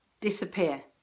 Disappear